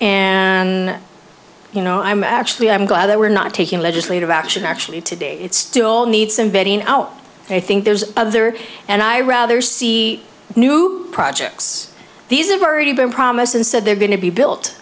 and you know i'm actually i'm glad that we're not taking legislative action actually today it still needs some bedding out and i think there's other and i rather see new projects these are already been promised and said they're going to be built